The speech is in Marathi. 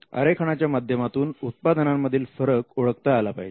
आरेखनाच्या माध्यमातून उत्पादनांमधील फरक ओळखता आला पाहिजे